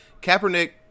Kaepernick